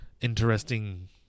interesting